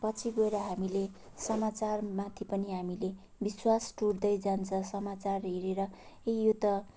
पछि गएर हामीले समाचारमाथि पनि हामीले विश्वास टुट्दै जान्छ समाचार हेरेर ए यो त